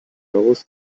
rows